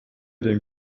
den